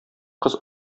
кыз